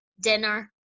dinner